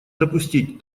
допустить